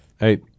Hey